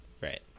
right